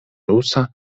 rusa